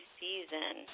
season